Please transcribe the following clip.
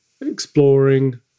exploring